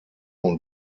und